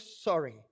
sorry